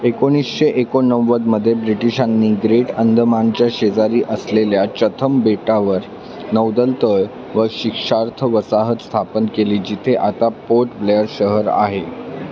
एकोणीसशे एकोणनव्वदमध्ये ब्रिटिशांनी ग्रेट अंदमानच्या शेजारी असलेल्या चथम बेटावर नौदल तळ व शिक्षार्थ वसाहत स्थापन केली जिथे आता पोर्ट ब्लेअर शहर आहे